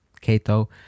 Cato